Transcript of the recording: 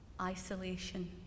isolation